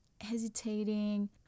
hesitating